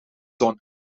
done